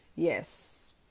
Yes